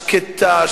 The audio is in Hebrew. שקטה,